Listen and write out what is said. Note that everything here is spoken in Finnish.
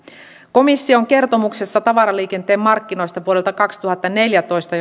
komission kertomuksessa tavaraliikenteen markkinoista vuodelta kaksituhattaneljätoista